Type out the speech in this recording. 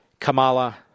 Kamala